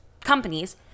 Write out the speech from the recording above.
companies